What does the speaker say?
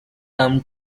term